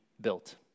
built